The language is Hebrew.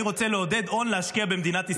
אני רוצה לעודד הון להשקיע במדינת ישראל.